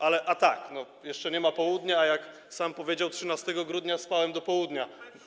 A tak, jeszcze nie ma południa, a jak sam powiedział: 13 grudnia spałem do południa.